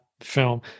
film